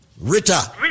Rita